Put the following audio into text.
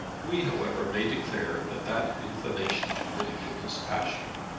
we, however, may declare that that inclination to ridicule his passion,